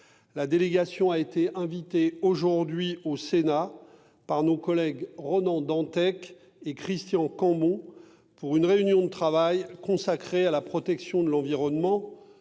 La délégation a été invitée aujourd'hui au Sénat par nos collègues Ronan Dantec et Christian Cambon pour une réunion de travail consacrée à la protection de l'environnement,